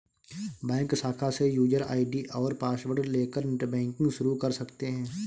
bank शाखा से user ID और पॉसवर्ड लेकर नेटबैंकिंग शुरू कर सकते है